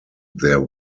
there